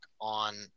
on